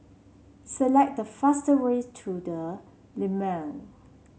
select the fastest way to the Lumiere